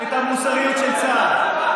את המוסריות של צה"ל.